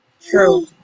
True